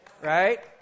right